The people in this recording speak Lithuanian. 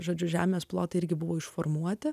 žodžiu žemės plotai irgi buvo išformuoti